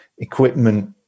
equipment